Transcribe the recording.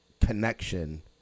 connection